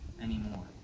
anymore